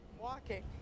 Walking